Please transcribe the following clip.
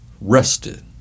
rested